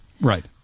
Right